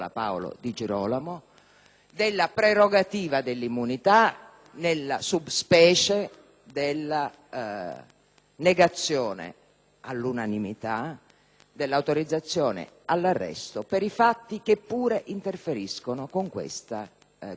della prerogativa dell'immunità nella sub-specie della negazione all'unanimità dell'autorizzazione all'arresto per i fatti che pure interferiscono con la sua elezione.